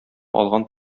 алган